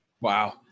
Wow